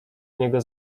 niego